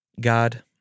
God